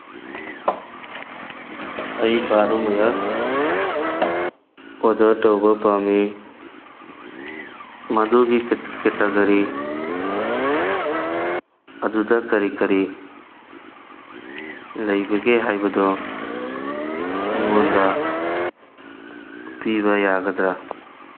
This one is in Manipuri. ꯑꯩ ꯕꯥꯠꯔꯨꯝꯋꯥꯌꯔ ꯑꯣꯗꯔ ꯇꯧꯕ ꯄꯥꯝꯃꯤ ꯃꯗꯨꯒꯤ ꯀꯦꯇꯥꯒꯔꯤ ꯑꯗꯨꯗ ꯀꯔꯤ ꯀꯔꯤ ꯂꯩꯕꯒꯦ ꯍꯥꯏꯕꯗꯨ ꯑꯩꯉꯣꯟꯗ ꯎꯠꯄꯤꯕ ꯌꯥꯒꯗ꯭ꯔꯥ